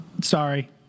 Sorry